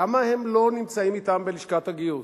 למה הם לא נמצאים אתם בלשכת הגיוס?